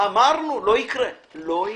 זה לא יקרה הפעם.